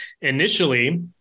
initially